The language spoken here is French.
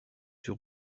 sur